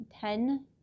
ten